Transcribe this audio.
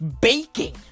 baking